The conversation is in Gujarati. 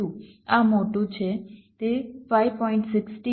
આ મોટું છે તે 5